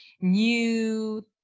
new